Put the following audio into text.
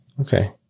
Okay